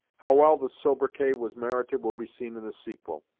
how well the sobriquet was merited will be seen in the sequel.